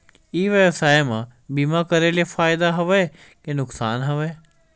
ई व्यवसाय म बीमा करे ले फ़ायदा हवय के नुकसान हवय?